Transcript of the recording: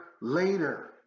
later